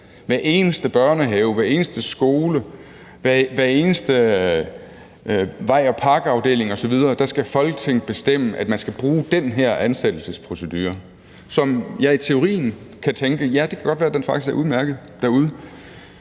hver eneste børnehave, hver eneste skole, hver eneste vej og park-afdeling osv. skal Folketinget bestemme, at man skal bruge den her ansættelsesprocedure, som jeg i teorien måske kan tænke, at det godt kan være, at den faktisk er udmærket derude.